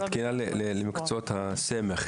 אבל תקינה למקצועות הסמך,